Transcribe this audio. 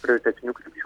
prioritetinių krypčių